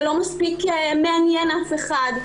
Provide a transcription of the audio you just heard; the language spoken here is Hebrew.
זה לא מספיק מעניין אף אחד,